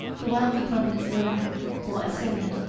the wealthy province of irak, or assyria,